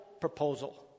proposal